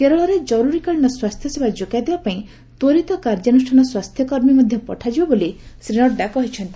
କେରଳରେ ଜରୁରୀକାଳୀନ ସ୍ୱାସ୍ଥ୍ୟ ସେବା ଯୋଗାଇଦେବା ପାଇଁ ତ୍ୱରିତ କାର୍ଯ୍ୟାନୁଷ୍ଠାନ ସ୍ୱାସ୍ଥ୍ୟ କର୍ମୀ ମଧ୍ୟ ପଠାଯିବ ବୋଲି ଶ୍ରୀ ନଡ୍ରା କହିଛନ୍ତି